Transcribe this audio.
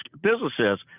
businesses